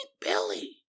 Billy